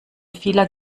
vieler